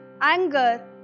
anger